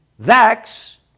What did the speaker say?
Vax